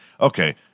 Okay